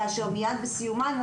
כאשר מיד בסיומה,